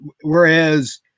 whereas